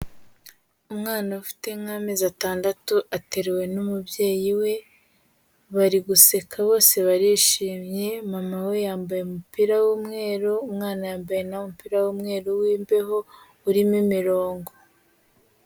Umwana ufite nk'amezi atandatu ateruwe n'umubyeyi we, bari guseka bose barishimye, mama we yambaye umupira w'umweru, umwana yambaye na we umupira w'umweru w'imbeho, urimo imirongo.